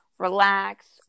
relax